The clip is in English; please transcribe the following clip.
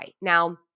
Now